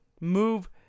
move